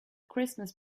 christmas